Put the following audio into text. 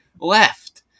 left